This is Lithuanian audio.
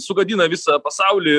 sugadina visą pasaulį